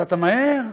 נסעת מהר,